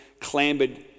clambered